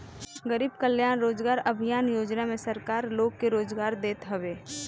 गरीब कल्याण रोजगार अभियान योजना में सरकार लोग के रोजगार देत हवे